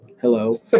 Hello